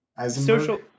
Social